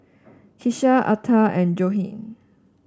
Kisha Alta and Johnie